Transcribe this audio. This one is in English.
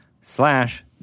slash